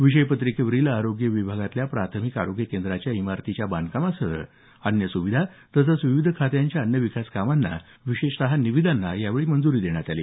विषय पत्रिकेवरील आरोग्य विभागातल्या प्राथमिक आरोग्य केंद्राच्या इमारतीच्या बांधकामासह अन्य सुविधा तसंच विविध खात्याच्या अन्य विकासकामांना विशेषतः निविदांना यावेळी मंजुरी देण्यात आली